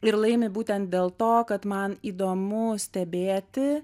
ir laimi būtent dėl to kad man įdomu stebėti